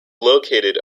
located